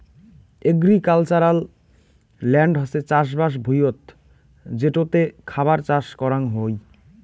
agricultural land হসে চাষবাস ভুঁইয়ত যেটোতে খাবার চাষ করাং হই